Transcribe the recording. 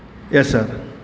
yes sir